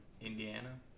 Indiana